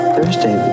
Thursday